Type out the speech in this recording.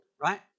right